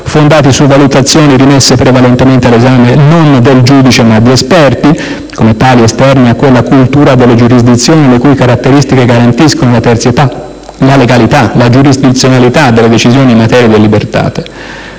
fondati su valutazioni rimesse prevalentemente all'esame non del giudice ma di esperti, come tali esterni a quella «cultura della giurisdizione» le cui caratteristiche garantiscono la terzietà, la legalità, la giurisdizionalità della decisione in materia *de libertate*.